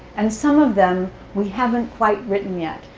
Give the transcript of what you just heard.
and some of them we haven't quite written yet,